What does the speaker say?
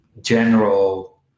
general